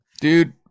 dude